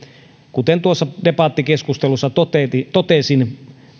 kuten tuossa debattikeskustelussa totesin